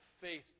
faith